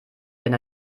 wenn